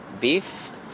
beef